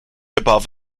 above